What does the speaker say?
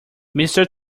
mister